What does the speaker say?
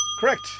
Correct